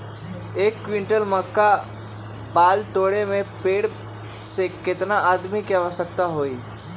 एक क्विंटल मक्का बाल तोरे में पेड़ से केतना आदमी के आवश्कता होई?